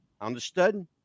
Understood